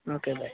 okay bye